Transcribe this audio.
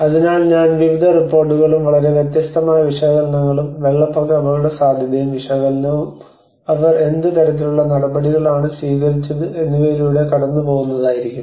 അതിനാൽ ഞാൻ വിവിധ റിപ്പോർട്ടുകളും വളരെ വ്യത്യസ്തമായ വിശകലനങ്ങളും വെള്ളപ്പൊക്ക അപകടസാധ്യത വിശകലനവും അവർ എന്ത് തരത്തിലുള്ള നടപടികളാണ് സ്വീകരിച്ചത് എന്നിവയിലൂടെ കടന്നു പോകുന്നതായിരിക്കും